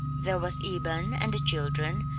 there was eben, and the children,